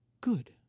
good